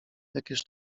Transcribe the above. jakież